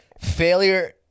failure